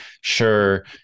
sure